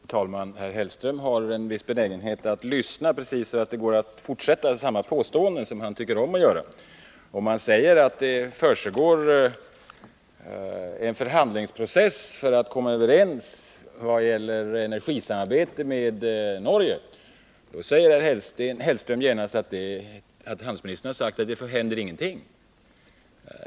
Fru talman! Herr Hellström har en viss benägenhet att lyssna precis så mycket att han kan fortsätta med samma påståenden som han tycker om att göra. Om jag säger att det pågår en förhandlingsprocess för att komma överens om energisamarbete med Norge, då säger Mats Hellström genast att handelsministern har sagt att det händer ingenting.